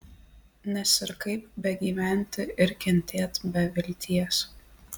nes ir kaip begyventi ir kentėt be vilties